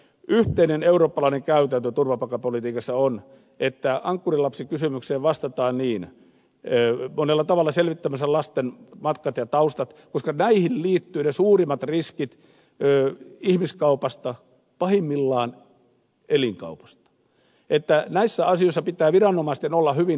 yhteinen eurooppalainen käytäntö turvapaikkapolitiikassa on että ankkurilapsikysymykseen vastataan monella tavalla selvittämällä lasten matkat ja taustat koska näihin liittyvät ne suurimmat riskit ihmiskaupasta pahimmillaan elinkaupasta joten näissä asioissa pitää viranomaisten olla hyvin herkkiä